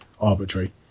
arbitrary